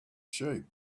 sheep